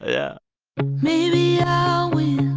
yeah maybe i'll win.